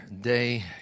day